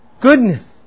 Goodness